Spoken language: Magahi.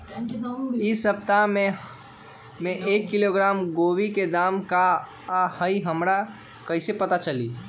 इ सप्ताह में एक किलोग्राम गोभी के दाम का हई हमरा कईसे पता चली?